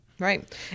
Right